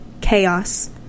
chaos